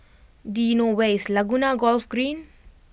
do you know where is Laguna Golf Green